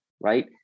right